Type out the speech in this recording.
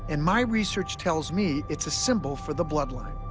and my research tells me it's a symbol for the bloodline.